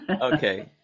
Okay